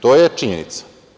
To je činjenica.